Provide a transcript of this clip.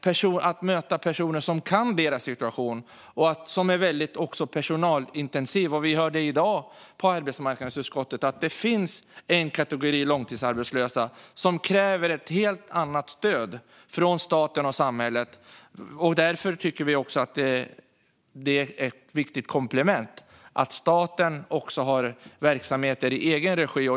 De behöver möta personer som kan deras situation. Detta är väldigt personalintensivt. Och vi hörde i dag i arbetsmarknadsutskottet att det finns en kategori långtidsarbetslösa som kräver ett helt annat stöd från staten och samhället. Därför tycker vi att det är ett viktigt komplement att staten har verksamheter i egen regi.